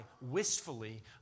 ...wistfully